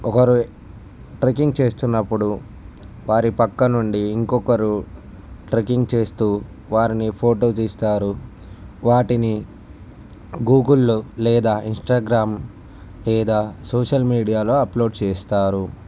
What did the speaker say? ఒకరు ట్రెక్కింగ్ చేస్తున్నప్పుడు వారి పక్క నుండి ఇంకోకరు ట్రెక్కింగ్ చేస్తు వారిని ఫోటో తీస్తారు వాటిని గూగుల్లో లేదా ఇన్స్టాగ్రామ్ లేదా సోషల్ మీడియాలో అప్లోడ్ చేస్తారు